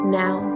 now